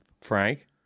Frank